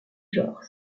genre